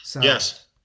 Yes